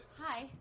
Hi